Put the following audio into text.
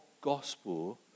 gospel